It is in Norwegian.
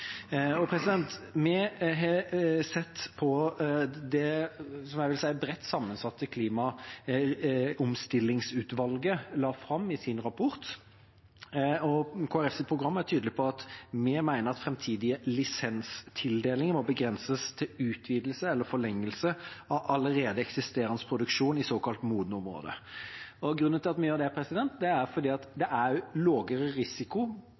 Vi har sett på det som det bredt sammensatte klimaomstillingsutvalget la fram i sin rapport. Kristelig Folkepartis program er tydelig på at vi mener at framtidige lisenstildelinger må begrenses til utvidelse eller forlengelse av allerede eksisterende produksjon i såkalt modne områder. Grunnen til at vi mener det, er fordi det er lavere risiko økonomisk å bygge ut og lete rundt de